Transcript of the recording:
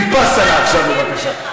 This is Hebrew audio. ויפאסנה עכשיו בבקשה.